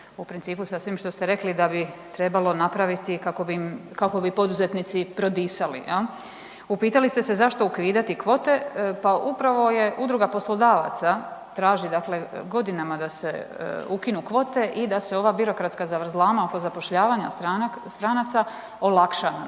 u principu sa svim što ste rekli da bi trebalo napraviti kako bi im, kako bi poduzetnici prodisali jel? Upitali ste se zašto ukidati kvote? Pa upravo je udruga poslodavaca, traži dakle godinama da se ukinu kvote i da se ova birokratska zavrzlama oko zapošljavanja stranaca olakša na